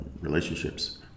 relationships